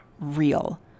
real